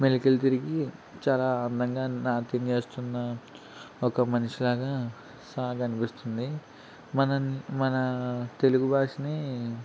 మెలికలు తిరిగి చాలా అందంగా నాట్యం చేస్తున్న ఒక మనిషిలాగా శ కనిపిస్తుంది మన మన తెలుగు భాషని